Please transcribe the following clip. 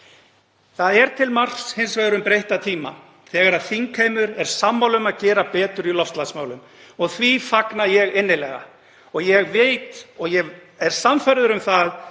Það er hins vegar til marks um breytta tíma þegar þingheimur er sammála um að gera betur í loftslagsmálum og því fagna ég innilega. Ég veit og ég er sannfærður um að